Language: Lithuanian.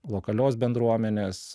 lokalios bendruomenės